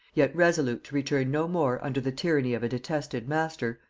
yet resolute to return no more under the tyranny of a detested master,